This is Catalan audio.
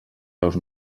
veus